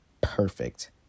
perfect